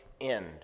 end